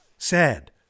sad